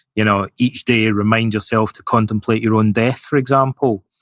you know each day, remind yourself to contemplate your own death, for example,